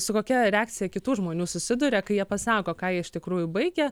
su kokia reakcija kitų žmonių susiduria kai jie pasako ką jie iš tikrųjų baigę